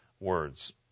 words